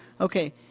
okay